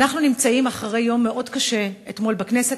אנחנו נמצאים אחרי יום מאוד קשה שהיה אתמול בכנסת,